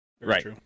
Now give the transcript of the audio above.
Right